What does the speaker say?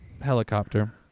helicopter